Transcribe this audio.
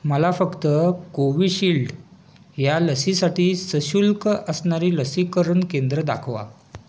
मला फक्त कोविशिल्ड या लसीसाठी सशुल्क असणारी लसीकरण केंद्रं दाखवा